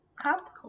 cup